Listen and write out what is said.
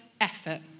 effort